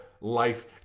life